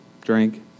drink